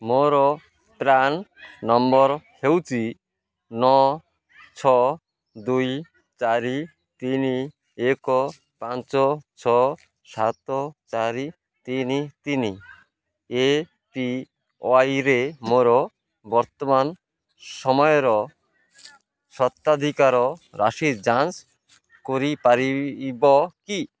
ମୋର PRAN number ହେଉଛି ନଅ ଛଅ ଦୁଇ ଚାରି ତିନି ଏକ ପାଞ୍ଚ ଛଅ ସାତ ଚାରି ତିନି ତିନି ଏପିୱାଇରେ ମୋର ବର୍ତ୍ତମାନ ସମୟର ସ୍ୱତ୍ୱାଧିକାର ରାଶି ଯାଞ୍ଚ କରିପାରିବ କି